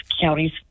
counties